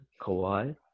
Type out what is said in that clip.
Kawhi